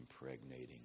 impregnating